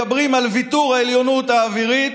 מדברים על ויתור על העליונות האווירית,